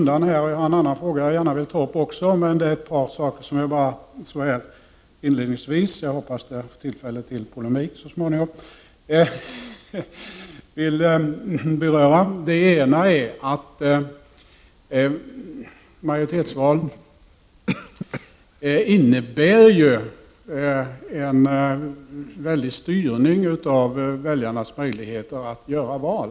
Det är ytterligare ett par saker som jag inledningsvis vill beröra. Jag hoppasaatt jag får tillfälle till polemik så småningom. Det ena är att majoritetsval innebär en väldig styrning av väljarnas möjligheter att göra val.